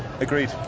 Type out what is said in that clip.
Agreed